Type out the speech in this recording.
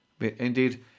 Indeed